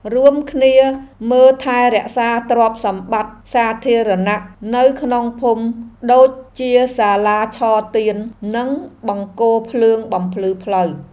រួមគ្នាមើលថែរក្សាទ្រព្យសម្បត្តិសាធារណៈនៅក្នុងភូមិដូចជាសាលាឆទាននិងបង្គោលភ្លើងបំភ្លឺផ្លូវ។